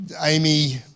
Amy